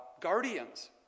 guardians